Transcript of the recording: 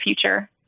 future